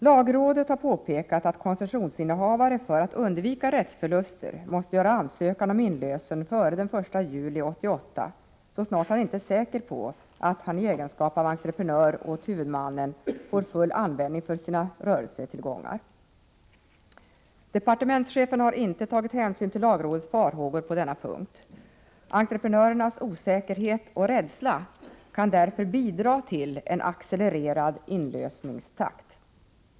Lagrådet har påpekat att koncessionsinnehavare, så snart han inte är säker på att i egenskap av entreprenör åt huvudmannen få full användning för sina rörelsetillgångar, för att undvika rättsförluster måste göra ansökan om inlösen före den 1 juli 1988. Departementschefen har inte tagit hänsyn till lagrådets farhågor på denna punkt. Entreprenörernas osäkerhet och rädsla kan därför bidra till en accelererad inlösningstakt.